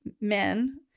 men